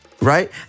Right